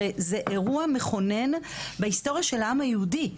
הרי זה אירוע מכונן בהיסטוריה של העם היהודי,